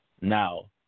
Now